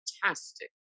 fantastic